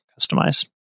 customized